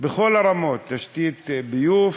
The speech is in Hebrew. בכל הרמות: תשתית ביוב,